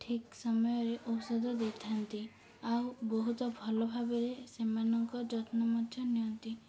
ଠିକ୍ ସମୟରେ ଔଷଧ ଦେଇଥାନ୍ତି ଆଉ ବହୁତ ଭଲ ଭାବରେ ସେମାନଙ୍କ ଯତ୍ନ ମଧ୍ୟ ନିଅନ୍ତି